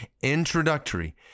introductory